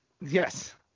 Yes